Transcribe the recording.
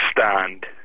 Stand